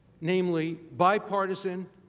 namely, bipartisan